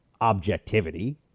objectivity